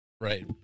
Right